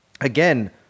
Again